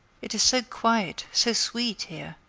it is so quiet, so sweet, here.